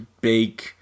big